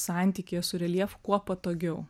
santykyje su reljefu kuo patogiau